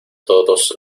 todos